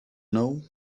know